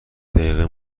دقیقه